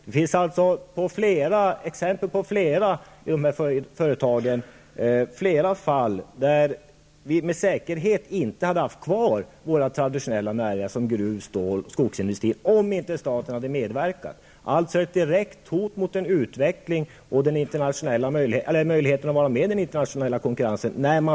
Det finns i fråga om dessa företag flera fall där vi med säkerhet inte hade haft kvar våra traditionella näringar -- t.ex. gruv-, stål och skogsindustri -- om inte staten hade medverkat. Att privatisera dessa företag är alltså ett direkt hot mot deras utveckling och mot deras möjlighet att vara med i den internationella konkurrensen.